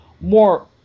more